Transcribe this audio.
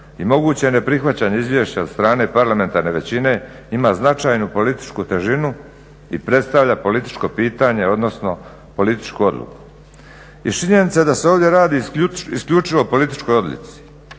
i moguće ne prihvaćanje izvješća od strane parlamentarne većine ima značajnu političku težinu i predstavlja političko pitanje odnosno političku odluku. Iz činjenica da se ovdje radi isključivo o političkoj odluci